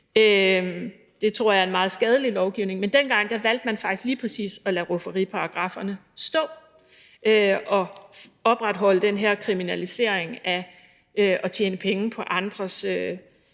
Det tror jeg er en meget skadelig lovgivning, men dengang valgte man faktisk lige præcis at lade rufferiparagraffen stå og opretholde den her kriminalisering af at tjene penge på andres